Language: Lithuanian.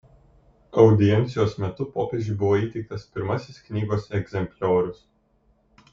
audiencijos metu popiežiui buvo įteiktas pirmasis knygos egzempliorius